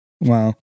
Wow